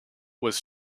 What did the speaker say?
was